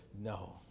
no